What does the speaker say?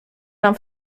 nam